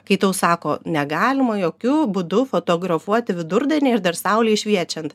kai tau sako negalima jokiu būdu fotografuoti vidurdienį ir dar saulei šviečiant